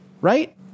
Right